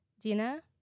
Dina